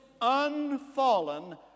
unfallen